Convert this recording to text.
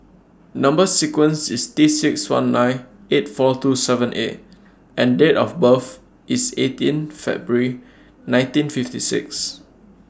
Number sequence IS T six one nine eight four two seven A and Date of birth IS eighteen February nineteen fifty six